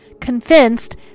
convinced